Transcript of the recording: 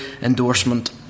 endorsement